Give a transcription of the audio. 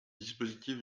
dispositifs